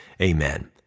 Amen